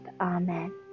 Amen